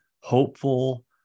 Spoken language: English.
hopeful